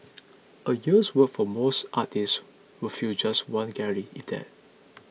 a year's work for most artists would fill just one gallery if that